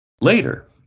Later